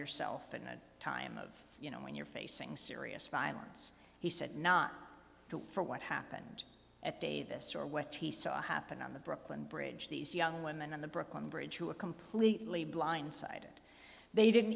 yourself in a time of you know when you're facing serious violence he said not to for what happened at davis or with he saw happen on the brooklyn bridge these young women on the brooklyn bridge who are completely blindsided they didn't